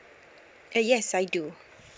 uh yes I do